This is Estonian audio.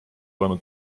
olema